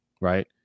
right